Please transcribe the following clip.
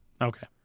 Okay